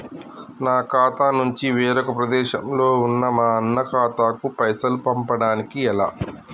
నా ఖాతా నుంచి వేరొక ప్రదేశంలో ఉన్న మా అన్న ఖాతాకు పైసలు పంపడానికి ఎలా?